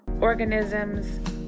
organisms